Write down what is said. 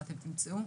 ואתם תמצאו,